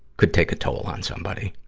could take a toll on somebody?